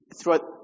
throughout